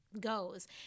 goes